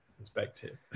perspective